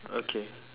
okay